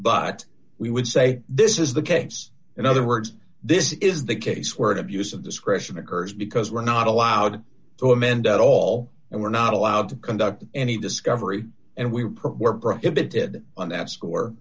but we would say this is the case in other words this is the case where an abuse of discretion occurs because we're not allowed to amend at all and we're not allowed to conduct any discovery and we were prohibited on that score